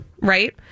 Right